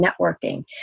networking